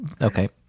Okay